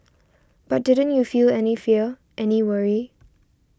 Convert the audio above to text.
but didn't you feel any fear any worry